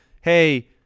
Hey